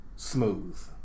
Smooth